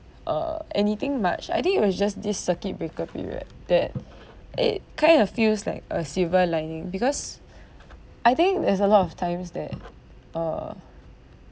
uh anything much I think it was just this circuit breaker period that it kind of feels like a silver lining because I think there's a lot of times that uh